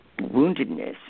woundedness